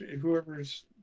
whoever's